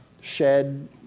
shed